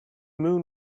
moon